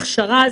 ההכשרה,